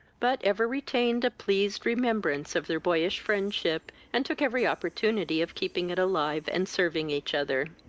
but ever retained a pleased remembrance of their boyish friendship, and took every opportunity of keeping it alive, and serving each other.